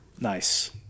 Nice